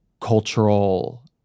cultural